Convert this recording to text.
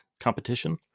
competition